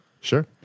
Sure